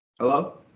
Hello